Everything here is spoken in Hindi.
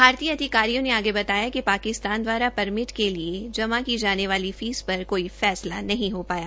भारतीय अधिकारियों ने आगे बतायाकि पाकिस्तान द्वारापरमिट के लिए जाम की जाने फीस पर कोई फैसला नहीं हो पाया